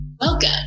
Welcome